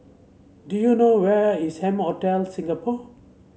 do you know where is M Hotel Singapore